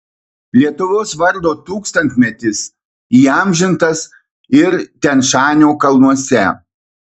lietuvos vardo tūkstantmetis įamžintas ir tian šanio kalnuose